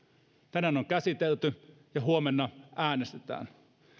tänään on käsitelty ja huomenna äänestetään